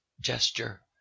gesture